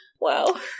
Wow